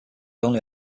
only